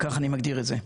כך אני מגדיר את זה,